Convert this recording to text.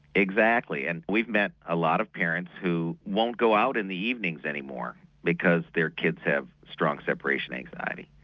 exactly and we've met a lot of parents who won't go out in the evenings anymore because their kids have strong separation anxiety.